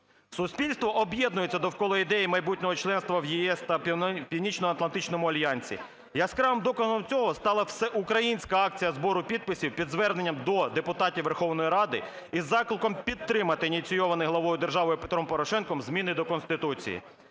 Суспільство об'єднується довкола ідеї майбутнього членства в ЄС та в Північноатлантичному альянсі. Яскравим доказом цього стала всеукраїнська акція збору підписів під зверненням до депутатів Верховної Ради із закликом підтримати ініційовані главою держави Петром Порошенком зміни до Конституції.